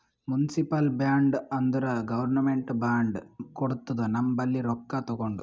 municipal bond ಅಂದುರ್ government bond ಕೊಡ್ತುದ ನಮ್ ಬಲ್ಲಿ ರೊಕ್ಕಾ ತಗೊಂಡು